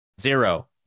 Zero